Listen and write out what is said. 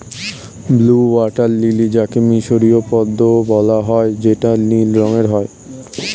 blue water lily যাকে মিসরীয় পদ্মও বলা হয় যেটা নীল রঙের হয়